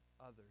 others